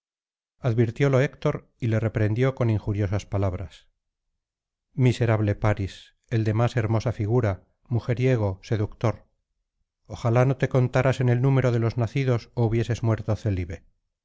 advirtiólo héctor y le reprendió con injuriosas palabras miserable parís el de más hermosa figura mujeriego seductor ojalá no te contaras en el número de los nacidos ó hubieses muerto célibe